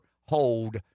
hold